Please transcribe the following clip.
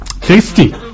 Tasty